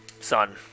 son